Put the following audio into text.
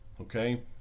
okay